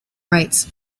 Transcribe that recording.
rites